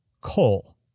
Coal